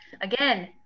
Again